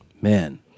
Man